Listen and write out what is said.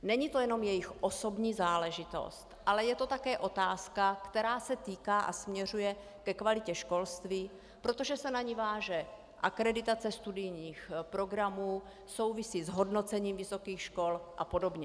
Není to jenom jejich osobní záležitost, ale je to také otázka, která se týká a směřuje ke kvalitě školství, protože se na ni váže akreditace studijních programů, souvisí s hodnocením vysokých škol apod.